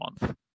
month